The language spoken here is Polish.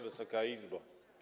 Wysoka Izbo!